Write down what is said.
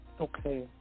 Okay